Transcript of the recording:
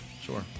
Sure